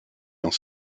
dans